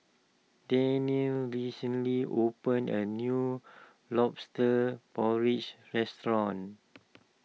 Daniele recently opened a new Lobster Porridge restaurant